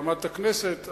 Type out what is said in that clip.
במת הכנסת,